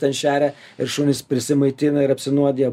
ten šeria ir šunys prasimaitina ir apsinuodija